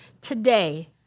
today